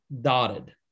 dotted